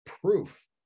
proof